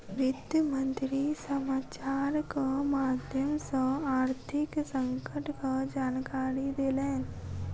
वित्त मंत्री समाचारक माध्यम सॅ आर्थिक संकटक जानकारी देलैन